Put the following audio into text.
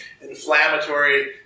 inflammatory